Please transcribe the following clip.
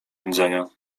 nudzenia